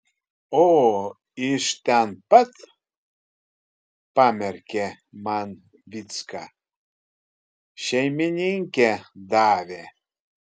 o iš ten pat pamerkė man vycka šeimininkė davė